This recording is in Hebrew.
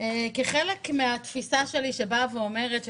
כחלק מהתפיסה שלי שאומרת,